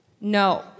no